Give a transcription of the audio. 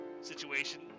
situation